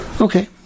Okay